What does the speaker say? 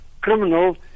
criminal